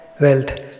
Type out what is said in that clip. wealth